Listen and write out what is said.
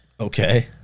Okay